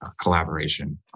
collaboration